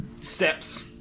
Steps